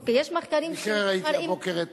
אוקיי, יש מחקרים שמראים, במקרה ראיתי הבוקר את,